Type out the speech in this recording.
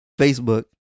Facebook